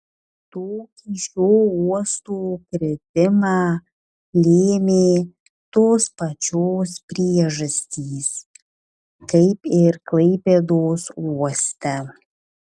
tokį šio uosto kritimą lėmė tos pačios priežastys kaip ir klaipėdos uoste